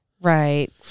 right